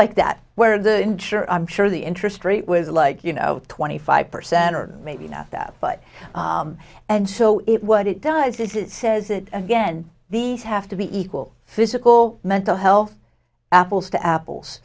like that where the insurer i'm sure the interest rate was like you know twenty five percent or maybe not that but and so it what it does this is says it again these have to be equal physical mental health apples to apples